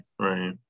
right